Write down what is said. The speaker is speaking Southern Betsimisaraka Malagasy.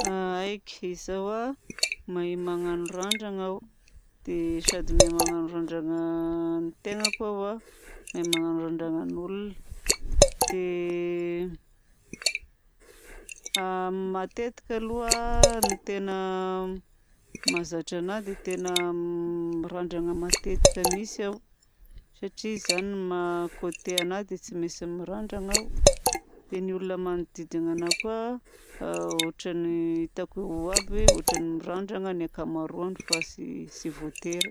Aika zaho a mahay magnano randrana aho dia sady mahay magnao randrana ny tenako aho no mahay magnano randrana nen'olona. Matetika aloha ny tena mahazatra anahy dia tena mirandrana matetika mihitsy aho satria izany no maha côtier anahy dia tsy maintsy mirandrana aho. Dia ny olona manodidina anahy koa ohatra ny hitako aby hoe ohatrany mirandrana ny ankamaroany fa tsy voatery.